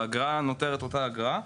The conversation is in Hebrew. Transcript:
האגרה נותרת אותה אגרה,